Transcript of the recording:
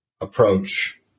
approach